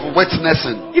witnessing